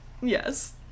Yes